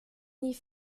nie